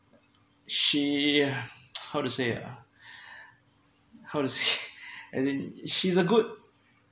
she how to say ah how to say as in she's a good